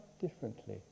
differently